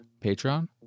Patreon